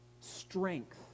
strength